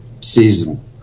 season